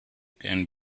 can